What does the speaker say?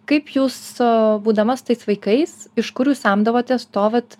kaip jūs būdama su tais vaikais iš kurių jūs semdavotės to vat